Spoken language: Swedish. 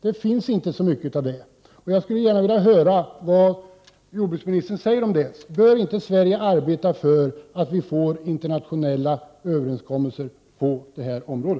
Det finns inte så många sådana. Jag skulle gärna vilja höra vad jordbruksministern säger om detta. Bör inte Sverige arbeta för att vi skall få internationella överenskommelser på detta område?